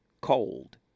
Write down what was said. cold